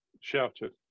shouted